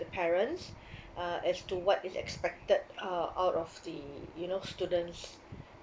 the parents uh as to what is expected uh out of the you know students